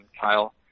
Kyle